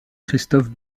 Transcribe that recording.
christophe